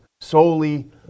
solely